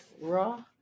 raw